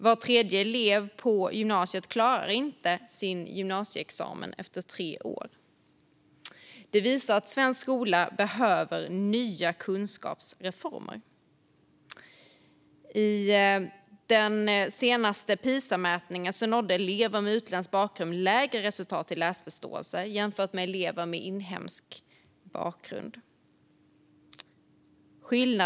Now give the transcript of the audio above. Var tredje elev på gymnasiet klarar inte att ta gymnasieexamen efter tre år. Det visar att svensk skola behöver nya kunskapsreformer. I den senaste Pisamätningen nådde elever med utländsk bakgrund lägre resultat i läsförståelse jämfört med elever med inhemsk bakgrund.